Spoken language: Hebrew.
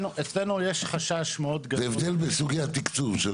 זה הבדל בין סוגי התקצוב.